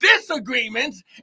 disagreements